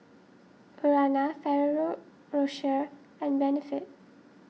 Urana Ferrero Rocher and Benefit